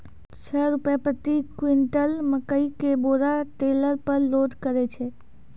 छह रु प्रति क्विंटल मकई के बोरा टेलर पे लोड करे छैय?